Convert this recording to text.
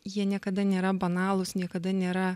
jie niekada nėra banalūs niekada nėra